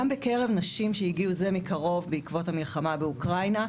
גם בקרב נשים שהגיעו זה מכבר בעקבות המלחמה באוקראינה,